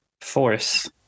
force